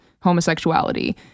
homosexuality